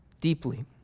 deeply